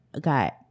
got